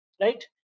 right